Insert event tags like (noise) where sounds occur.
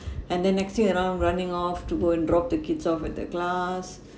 (breath) and then next thing around running off to go and drop the kids off at the class (breath)